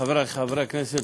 חברי חברי הכנסת,